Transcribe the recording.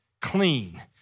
clean